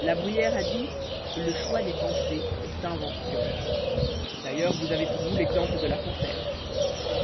la bruyère a dit le choix des pensées est invention d'ailleurs vous avez pour vous l'exemple de la fontaine